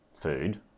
Food